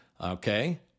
Okay